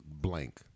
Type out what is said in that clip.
blank